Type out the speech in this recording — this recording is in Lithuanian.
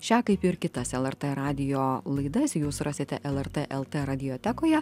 šią kaip ir kitas lrt radijo laidas jūs rasite lrt lt radiotekoje